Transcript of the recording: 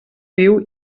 viu